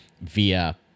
via